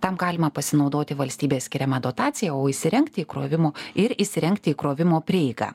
tam galima pasinaudoti valstybės skiriama dotacija o įsirengti įkrovimo ir įsirengti įkrovimo prieigą